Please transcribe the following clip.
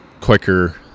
quicker